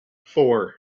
four